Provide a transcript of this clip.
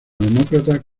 demócrata